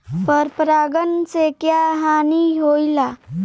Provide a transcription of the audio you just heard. पर परागण से क्या हानि होईला?